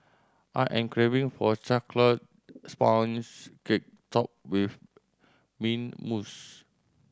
I am craving for a chocolate sponge cake topped with mint mousse